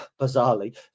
bizarrely